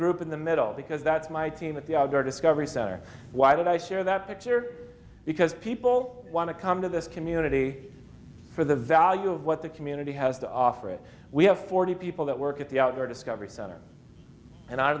group in the middle because that's my team at the discovery center why would i share that picture because people want to come to this community for the value of what the community has to offer it we have forty people that work at the outdoor discovery center and i